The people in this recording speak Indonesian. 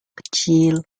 kecil